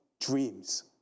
dreams